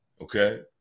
Okay